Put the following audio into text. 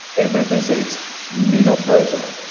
it represents medo-persia.